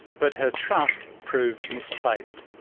but her trust proved misplaced.